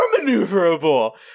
maneuverable